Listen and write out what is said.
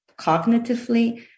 cognitively